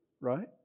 Right